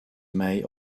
may